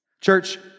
Church